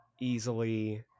Easily